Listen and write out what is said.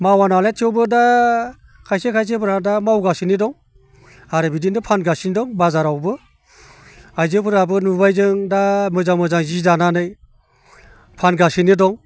मावा नालाय थेवबो दा खायसे खायसेफोरा दा मावगासिनो दं आरो बिदिनो फानगासिनो दं बाजारावबो आइजोफोराबो नुबाय जों दा मोजां मोजां जि दानानै फानगासिनो दं